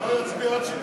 נצביע בסוף.